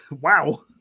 wow